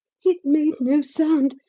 it made no sound,